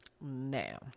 Now